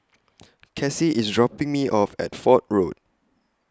Cassie IS dropping Me off At Fort Road